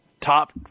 top